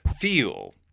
feel